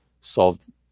solved